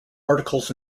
articles